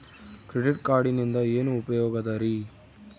Credit ಕಾರ್ಡಿನಿಂದ ಏನು ಉಪಯೋಗದರಿ?